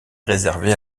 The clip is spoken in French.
réservée